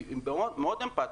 היא מאוד אמפתית,